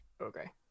Okay